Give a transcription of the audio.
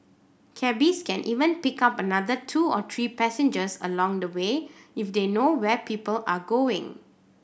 cabbies can even pick up another two to three passengers along the way if they know where people are going